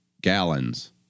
gallons